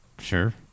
Sure